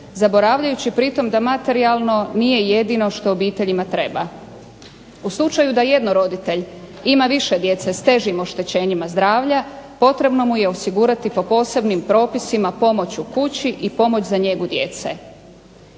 zaboravljajući pri tome da materijalno nije jedino što obiteljima treba. U slučaju da jedno roditelje ima više djece s težim oštećenjima zdravlja potrebno mu je osigurati po posebnim propisima pomoć u kući i pomoć za njegu djecu.